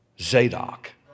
Zadok